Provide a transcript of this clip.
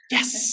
Yes